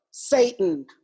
Satan